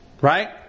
Right